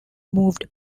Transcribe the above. moved